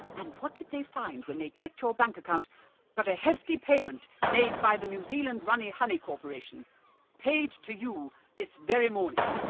and what did they find when they checked your bank account but a hefty payment made by the new zealand runny honey corporation paid to you this very morning!